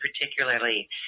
particularly